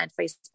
Facebook